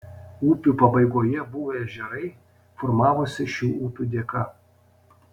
upių pabaigoje buvę ežerai formavosi šių upių dėka